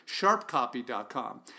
sharpcopy.com